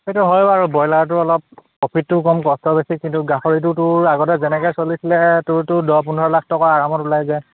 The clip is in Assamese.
সেইটো হয় বাৰু ব্ৰইলাৰটো অলপ প্ৰফিটটো কম কষ্ট বেছি কিন্তু গাহৰিটো তোৰ আগতে যেনেকৈ চলিছিলে তোৰতো দহ পোন্ধৰ লাখ টকা আৰামত ওলাই যায়